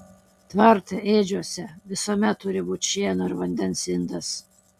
tvarte ėdžiose visuomet turi būti šieno ir vandens indas